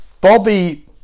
Bobby